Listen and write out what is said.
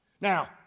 Now